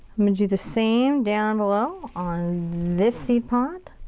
i'm gonna do the same down below on this seed pod.